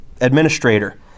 administrator